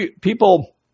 people